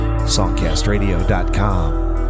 Songcastradio.com